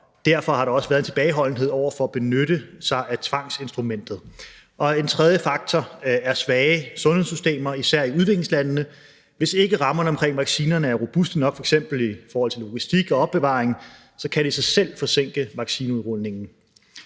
derfor har der også været tilbageholdenhed over for at benytte sig af tvangsinstrumenter. En tredje årsag er svage sundhedssystemer, især i udviklingslandene. Hvis ikke rammerne om vaccinerne er robuste nok, f.eks. i forhold til logistik og opbevaring, så kan det i sig selv forsinke vaccineudrulningen.